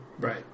Right